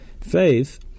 Faith